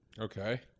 Okay